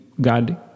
God